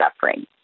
suffering